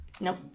Nope